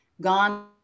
gone